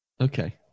Okay